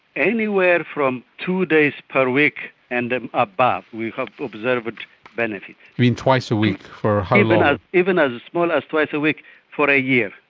anywhere from two days per week and then above we have observed benefit. you mean twice a week for how long? even as small as twice a week for a year.